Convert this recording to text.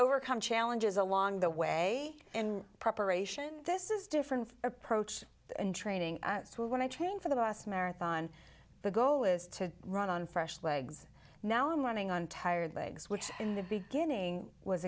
overcome challenges along the way in preparation this is different approach in training when i train for the last marathon the goal is to run on fresh legs now i'm running on tired legs which in the beginning was